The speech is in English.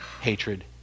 hatred